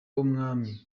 w’umwami